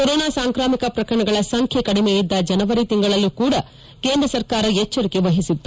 corona ಸಾಂಕ್ರಾಮಿಕ ಪ್ರಕರಣಗಳ ಸಂಬ್ಯೆ ಕಡಿಮೆಯಿದ್ದ ಜನವರಿ ತಿಂಗಳಲ್ಲೂ ಕೂಡ ಕೇಂದ್ರ ಸರ್ಕಾರ ಎಚ್ಚರಿಕೆ ವಹಿಸಿತ್ತು